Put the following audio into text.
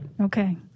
Okay